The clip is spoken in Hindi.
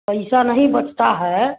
पैसा नहीं बचता है